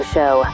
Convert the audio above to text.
Show